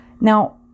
Now